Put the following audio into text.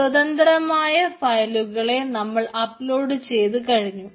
സ്വതന്ത്രമായ ഫയലുകളെ നമ്മൾ അപ്ലോഡ് ചെയ്തു കഴിഞ്ഞു